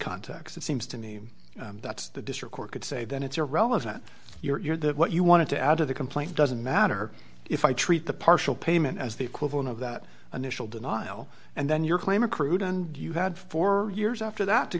context it seems to me that the district court could say that it's irrelevant you're that what you want to add to the complaint doesn't matter if i treat the partial payment as the equivalent of that initial denial and then your claim accrued and you had four years after that to